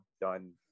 done